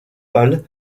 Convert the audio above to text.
hall